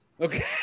Okay